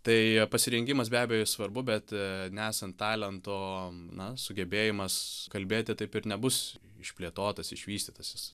tai pasirengimas be abejo svarbu bet nesant talento na sugebėjimas kalbėti taip ir nebus išplėtotas išvystytas jis